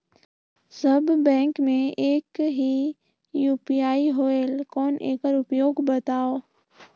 सब bank मे एक ही यू.पी.आई होएल कौन एकर उपयोग बताव?